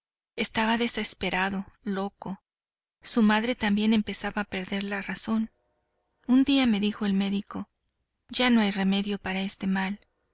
estaba desesperado loco su madre también empezaba a perder la razón un día me dijo el médico ya no hay remedio para este mal